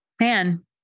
man